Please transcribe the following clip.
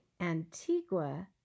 Antigua